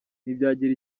ntibyagira